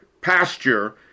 pasture